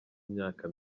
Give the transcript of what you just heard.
myaka